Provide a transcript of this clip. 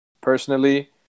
personally